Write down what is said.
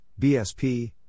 BSP